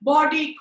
Body